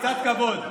קצת כבוד.